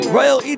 Royal